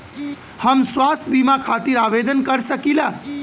हम स्वास्थ्य बीमा खातिर आवेदन कर सकीला?